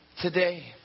Today